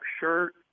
shirt